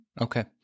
Okay